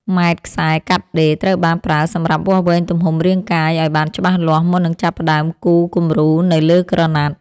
ម៉ែត្រខ្សែកាត់ដេរត្រូវបានប្រើសម្រាប់វាស់វែងទំហំរាងកាយឱ្យបានច្បាស់លាស់មុននឹងចាប់ផ្ដើមគូរគំរូនៅលើក្រណាត់។